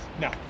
No